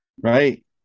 right